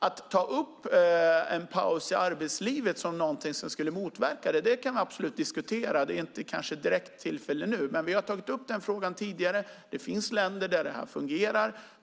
Att ta en paus i arbetslivet är någonting som vi absolut kan diskutera, men det är kanske inte rätt tillfälle nu. Vi har tagit upp frågan tidigare. Det finns länder där det här fungerar.